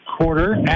quarter